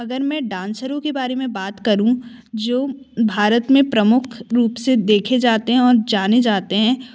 अगर मैं डान्सरों के बारे में बात करूँ जो भारत मे प्रमुख रूप से देखे जाते हैं और जाने जाते हैं